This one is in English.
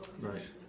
right